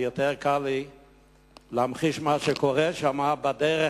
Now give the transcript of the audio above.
ויותר קל לי להמחיש מה שקורה שם בדרך,